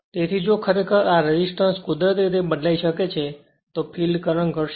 તેથી જો ખરેખર આ રેસિસ્ટન્સ કુદરતી રીતે બદલાઇ શકે છે તો ફીલ્ડ કરંટ ઘટશે